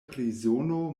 prizono